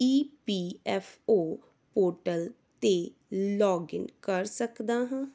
ਈ P F O portal 'ਤੇ login ਕਰ ਸਕਦਾ ਹਾਂ